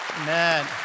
Amen